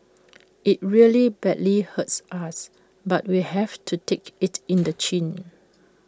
IT really badly hurts us but we have to take IT in the chin